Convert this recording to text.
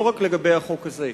לא רק לגבי החוק הזה.